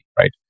right